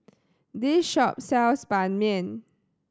this shop sells Ban Mian